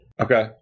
Okay